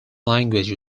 language